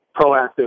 proactive